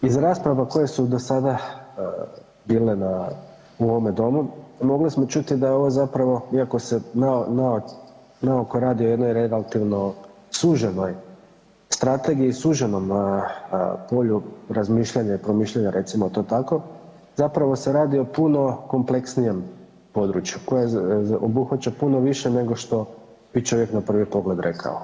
Iz rasprava koje su do sada bile u ovome domu mogli smo čuti da je ovo zapravo iako se na oko radi o jednoj relativno suženoj strategiji, suženom polju razmišljanja i promišljanja recimo to tako, zapravo se radi o puno kompleksnijem području koje obuhvaća puno više, nego što bi čovjek na prvi pogled rekao.